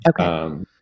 Okay